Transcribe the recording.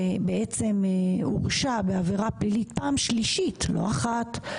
שבעצם הורשע בעבירה פלילית פעם שלישית לא אחת,